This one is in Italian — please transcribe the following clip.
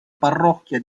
parrocchia